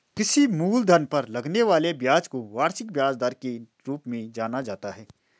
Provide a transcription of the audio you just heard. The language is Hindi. किसी मूलधन पर लगने वाले ब्याज को वार्षिक ब्याज दर के रूप में जाना जाता है